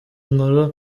nkuru